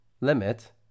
limit